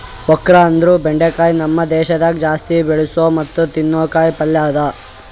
okra ಅಂದುರ್ ಬೆಂಡಿಕಾಯಿ ನಮ್ ದೇಶದಾಗ್ ಜಾಸ್ತಿ ಬೆಳಸೋ ಮತ್ತ ತಿನ್ನೋ ಕಾಯಿ ಪಲ್ಯ ಅದಾ